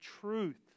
truth